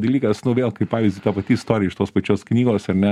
dalykas vėl kaip pavyzdį ta pati istorija iš tos pačios knygos ar ne